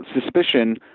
suspicion